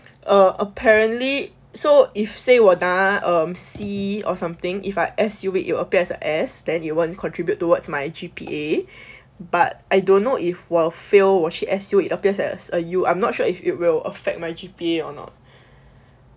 uh apparently so if say 我拿 uh C or something if I S_U it it will appears as a S then it won't contribute towards my G_P_A but I don't know if 我 fail 我去 S_U it appears as a U I'm not sure if it will affect my G_P_A or not